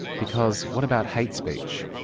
because what about hate speech?